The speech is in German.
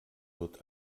wird